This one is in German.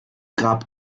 grab